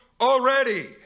already